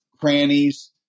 crannies